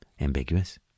ambiguous